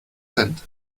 cent